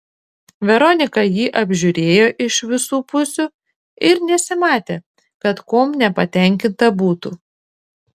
veronika jį apžiūrėjo iš visų pusių ir nesimatė kad kuom nepatenkinta būtų